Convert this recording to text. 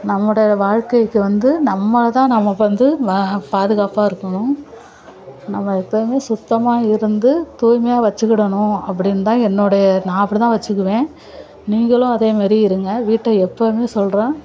நம்முடைய வாழ்க்கைக்கு வந்து நம்மளை தான் நமக்கு வந்து வ பாதுகாப்பாக இருக்கணும் நம்ம எப்போயுமே சுத்தமாக இருந்து தூய்மையாக வச்சுக்கிடணும் அப்படினு தான் என்னுடைய நான் அப்படி தான் வச்சுக்குவேன் நீங்களும் அதே மாதிரி இருங்கள் வீட்டை எப்போவுமே சொல்கிறேன்